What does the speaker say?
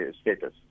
status